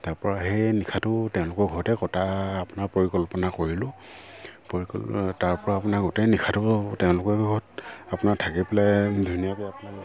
তাৰ পৰা সেই নিশাটো তেওঁলোকৰ ঘৰতে কটাৰ আপোনাৰ পৰিকল্পনা কৰিলোঁ পৰিকল্পনা তাৰ পৰা আপোনাৰ গোটেই নিশাটো তেওঁলোকৰ ঘৰত আপোনাৰ থাকি পেলাই ধুনীয়াকৈ আপোনাৰ কি কয়